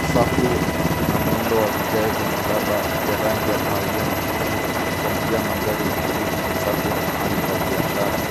Safu ina muundo wa vigae vya miraba vya rangi ya kahawia na kijivu ikichangia mandhari ya utulivu na usafi wa mahali pa biashara.